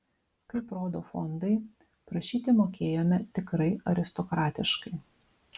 kaip rodo fondai prašyti mokėjome tikrai aristokratiškai